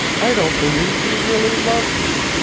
i don't believe you really love me.